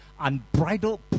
unbridled